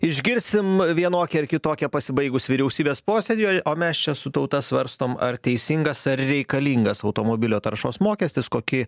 išgirsim vienokią ar kitokią pasibaigus vyriausybės posėdžiui o mes čia su tauta svarstom ar teisingas ar reikalingas automobilio taršos mokestis koki